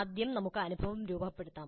ആദ്യം നമുക്ക് അനുഭവം രൂപപ്പെടുത്താം